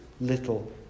little